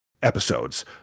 episodes